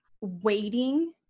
Waiting